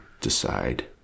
decide